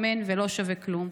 שמן ולא שווה כלום.